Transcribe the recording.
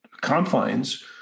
confines